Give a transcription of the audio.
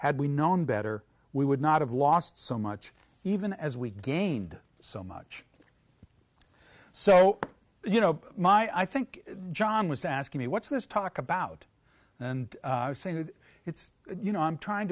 had we known better we would not have lost so much even as we gained so much so you know my i think john was asking me what's this talk about and saying that it's you know i'm trying